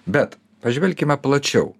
bet pažvelkime plačiau